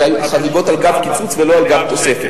אלה היו חריגות על גב קיצוץ ולא על גב תוספת.